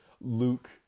Luke